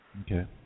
Okay